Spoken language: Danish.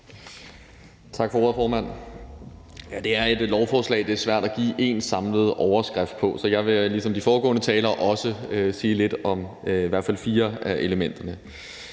Tak for ordet, formand. Det er et lovforslag, som det er svært at give én samlet overskrift på. Så jeg vil ligesom de foregående talere sige lidt om i hvert fald fire af elementerne.